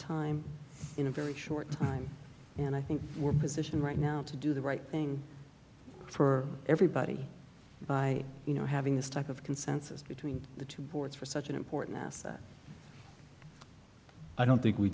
time in a very short time and i think we're positioned right now to do the right thing for everybody by you know having this type of consensus between the two boards for such an important asset i don't think we